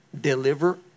deliver